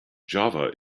java